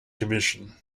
commission